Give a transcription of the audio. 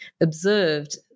observed